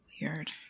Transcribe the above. Weird